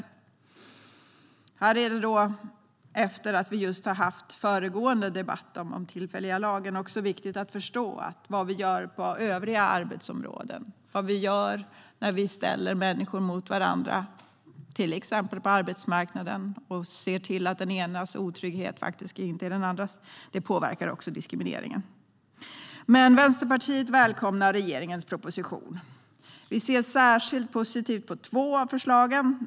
Efter att vi just haft debatten om tillfälliga begränsningar av möjligheten att få uppehållstillstånd i Sverige är det viktigt att förstå att det som vi gör på övriga arbetsområden och det som vi gör när vi ställer människor mot varandra, till exempel på arbetsmarknaden, också påverkar diskrimineringen. Vänsterpartiet välkomnar regeringens proposition. Vi ser särskilt positivt på två av förslagen.